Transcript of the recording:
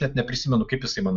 net neprisimenu kaip jisai mano